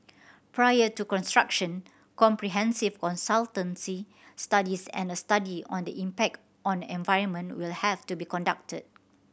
prior to construction comprehensive consultancy studies and a study on the impact on environment will have to be conducted